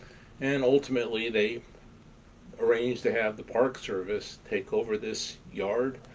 and ultimately they arranged to have the park service take over this yard,